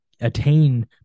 attain